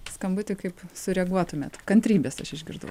skambutį kaip sureaguotumėt kantrybės aš išgirdau